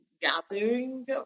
gathering